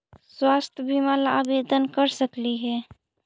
स्वास्थ्य बीमा ला आवेदन कर सकली हे?